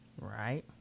right